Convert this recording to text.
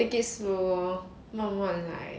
take it slow lor 慢慢来